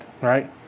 right